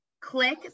click